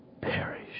perish